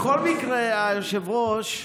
בכל מקרה, היושב-ראש,